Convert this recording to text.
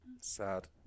Sad